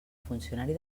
funcionari